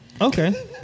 Okay